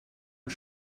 und